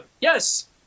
Yes